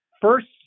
first